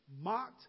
mocked